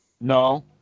No